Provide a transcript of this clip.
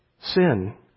sin